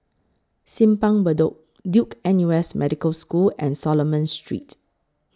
Simpang Bedok Duke N U S Medical School and Solomon Street